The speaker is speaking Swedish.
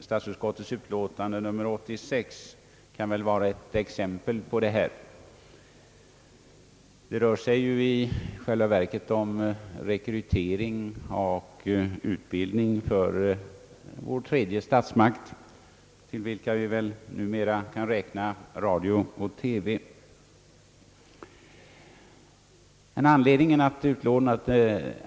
Statsutskottets utlåtande nr 86 kan vara ett exempel härpå — det rör sig i själva verket om rekrytering och utbildning för vår »tredje statsmakt», dit numera även radio och TV kan räknas.